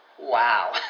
Wow